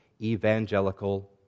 evangelical